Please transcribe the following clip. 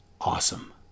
awesome